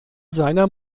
seiner